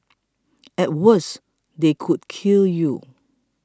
at worst they could kill you